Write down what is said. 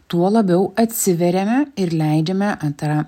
tuo labiau atsiveriame ir leidžiame antram